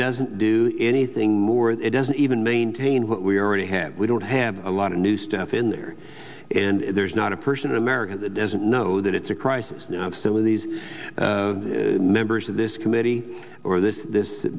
doesn't do anything more that it doesn't even maintain what we already have we don't have a lot of new stuff in there and there's not a person america doesn't know that it's a crisis now so when these members of this committee or this this